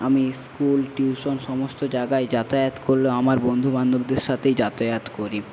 আমি school tuition সমস্ত জায়গায় যাতায়াত করলে আমার বন্ধুবান্ধবদের সাথেই যাতায়াত করি